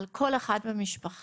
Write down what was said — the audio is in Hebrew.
על כל אחד מהמשפחה.